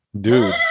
Dude